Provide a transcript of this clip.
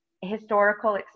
historical